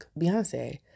Beyonce